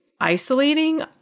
isolating